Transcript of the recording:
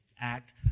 act